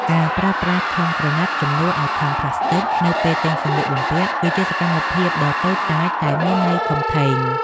ការប្រើប្រាស់ថង់ក្រណាត់ជំនួសឱ្យថង់ប្លាស្ទិកនៅពេលទិញសម្លៀកបំពាក់ គឺជាសកម្មភាពដ៏តូចតាចតែមានន័យធំធេង។